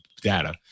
data